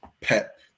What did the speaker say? Pep